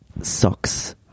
socks